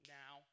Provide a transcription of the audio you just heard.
now